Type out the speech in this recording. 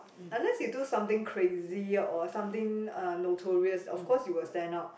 unless you do something crazy or something uh notorious of course you will stand out